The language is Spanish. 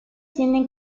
tienen